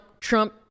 Trump